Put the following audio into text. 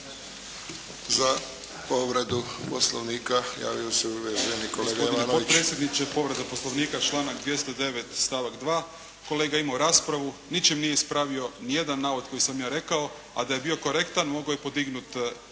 Za povredu Poslovnika, javio se uvaženi kolega Jovanović.